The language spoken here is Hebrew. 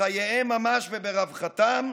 בחייהם ממש וברווחתם,